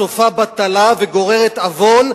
סופה בטלה וגוררת עוון,